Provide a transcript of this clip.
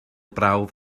brawf